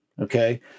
Okay